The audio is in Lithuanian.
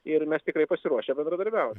ir mes tikrai pasiruošę bendradarbiauti